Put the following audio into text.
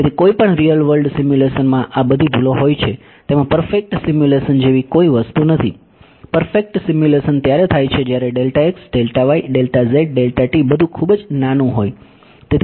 તેથી કોઈપણ real world સિમ્યુલેશનમાં આ બધી ભૂલો હોય છે તેમાં પરફેક્ટ સિમ્યુલેશન જેવી કોઈ વસ્તુ નથી પરફેક્ટ સિમ્યુલેશન ત્યારે થાય છે જ્યારે બધું ખૂબ નાનું હોય